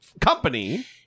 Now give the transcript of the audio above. company